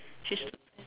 she's